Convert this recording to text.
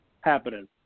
happening